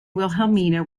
wilhelmina